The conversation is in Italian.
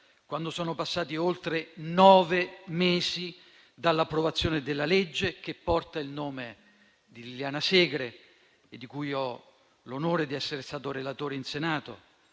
quando sono passati oltre nove mesi dall'approvazione della legge che porta il nome di Liliana Segre e di cui ho l'onore di essere stato relatore in Senato.